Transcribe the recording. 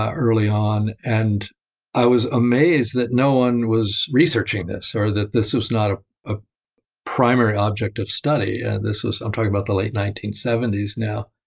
ah early on. and i was amazed that no one was researching this or that this was not a ah primary object of study. and this was, i'm talking about the late nineteen seventy s now,